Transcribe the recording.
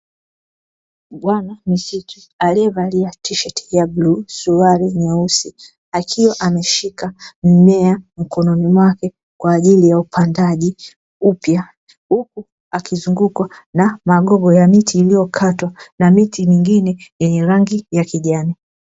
Bwana misitu aliyevalia tisheti ya bluu, suruali nyeusi; akiwa ameshika mmea mkononi mwake kwa ajili ya upandaji upya, huku akizungukwa na magogo ya miti iliyokatwa na miti mingine yenye rangi ya kijani.